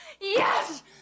Yes